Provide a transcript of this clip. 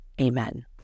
Amen